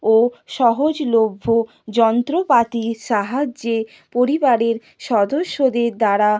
ও সহজলভ্য যন্ত্রপাতির সাহায্যে পরিবারের সদস্যদের দ্বারা